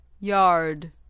yard